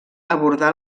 abordar